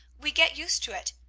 we get used to it.